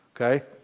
Okay